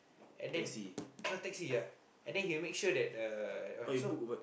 and then know taxi ya and then he will make sure that uh that one so